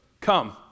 Come